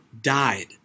died